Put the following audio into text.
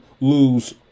lose